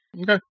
okay